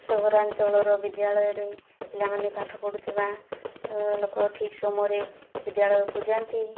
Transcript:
ସହରାଞ୍ଚଳର ବିଦ୍ୟାଳୟରେ ପିଲାମାନେ ପାଠ ପଢ଼ୁଥିବା ଲୋକ ଠିକ ସମୟରେ ବିଦ୍ୟାଳୟକୁ ଯାଆନ୍ତି